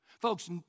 Folks